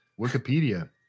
Wikipedia